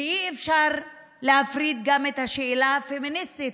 ואי-אפשר להפריד גם את השאלה הפמיניסטית